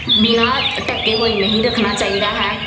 ਬਿਨਾਂ ਢਕੇ ਹੋਏ ਨਹੀਂ ਰੱਖਣਾ ਚਾਹੀਦਾ ਹੈ